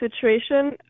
situation